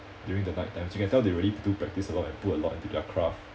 during the night time you can tell they really do practise a lot and put a lot into their craft